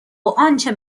آنچه